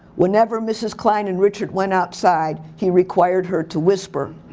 whenever mrs. klein and richard went outside he required her to whisper.